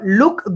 look